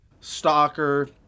stalker